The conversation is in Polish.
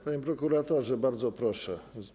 Panie prokuratorze, bardzo proszę.